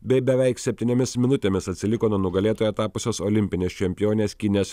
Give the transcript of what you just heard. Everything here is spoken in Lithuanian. bei beveik septyniomis minutėmis atsiliko nuo nugalėtoja tapusios olimpinės čempionės kinės